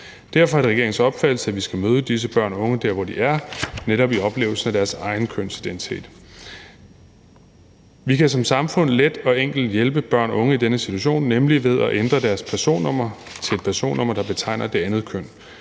Derfor er det regeringens opfattelse, at vi skal møde disse børn og unge der, hvor de er, netop i oplevelsen af deres egen kønsidentitet. Vi kan som samfund let og enkelt hjælpe børn og unge i denne situation, nemlig ved at ændre deres personnummer til et personnummer, der betegner det andet køn,